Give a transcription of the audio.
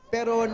Pero